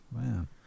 Man